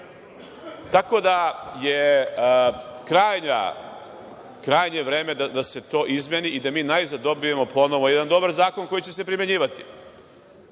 Tako da je krajnje vreme da se to izmeni i da mi najzad dobijemo ponovo jedan dobar zakon koji će se primenjivati.